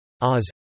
oz